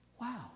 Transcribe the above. Wow